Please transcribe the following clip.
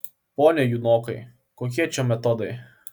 pone junokai kokie čia metodai